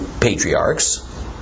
patriarchs